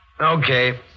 Okay